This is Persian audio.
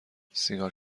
سیگار